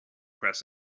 press